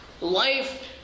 life